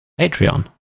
Patreon